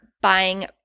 buying